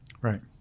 Right